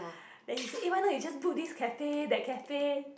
then he said eh why not you just book this cafe that cafe